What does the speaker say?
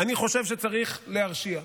אני חושב שצריך להרשיע.